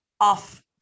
off